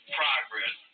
progress